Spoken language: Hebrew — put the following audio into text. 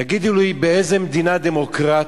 תגידו לי, באיזו מדינה דמוקרטית